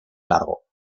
largo